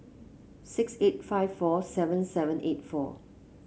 six eight five four seven seven eight four